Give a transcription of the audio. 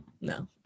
no